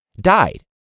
died